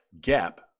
gap